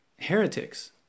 heretics